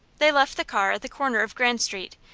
they left the car at the corner of grand street,